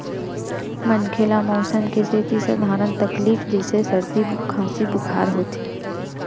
मनखे ल मउसम के सेती सधारन तकलीफ जइसे सरदी, खांसी, बुखार होथे